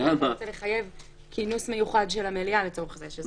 אלא אם כן אתה רוצה לחייב כינוס מיוחד של המליאה לצורך זה.